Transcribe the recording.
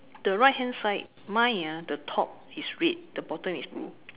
the right hand side mine ah the top is red the bottom is blue